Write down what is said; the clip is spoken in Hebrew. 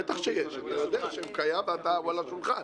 בטח שיש, אתה יודע שהוא קיים והוא על השולחן.